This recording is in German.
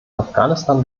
afghanistan